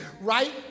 right